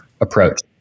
approach